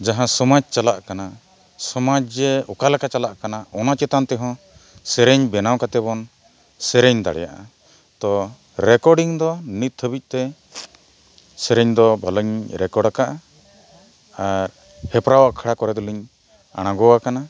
ᱡᱟᱦᱟᱸ ᱥᱚᱢᱟᱡᱽ ᱪᱟᱞᱟᱜ ᱠᱟᱱᱟ ᱥᱚᱢᱟᱡᱽ ᱡᱮ ᱚᱠᱟ ᱞᱮᱠᱟ ᱪᱟᱞᱟᱜ ᱠᱟᱱᱟ ᱚᱱᱟ ᱪᱮᱛᱟᱱ ᱛᱮᱦᱚᱸ ᱥᱮᱨᱮᱧ ᱵᱮᱱᱟᱣ ᱠᱟᱛᱮ ᱵᱚᱱ ᱥᱮᱨᱮᱧ ᱫᱟᱲᱮᱭᱟᱜᱼᱟ ᱛᱚ ᱨᱮᱠᱚᱨᱰᱤᱝ ᱫᱚ ᱱᱤᱛ ᱦᱟᱹᱵᱤᱡ ᱛᱮ ᱥᱮᱨᱮᱧ ᱫᱚ ᱵᱷᱟᱞᱤᱧ ᱨᱮᱠᱚᱨ ᱠᱟᱜᱼᱟ ᱟᱨ ᱦᱮᱯᱨᱟᱣᱟᱜ ᱠᱷᱟᱲᱟ ᱠᱚᱨᱮ ᱫᱚᱞᱤᱧ ᱟᱬᱜᱚ ᱟᱠᱟᱱᱟ